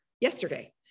yesterday